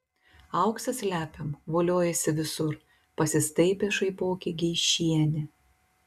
auksą slepiam voliojasi visur pasistaipė šaipokė geišienė